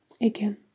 again